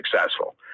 successful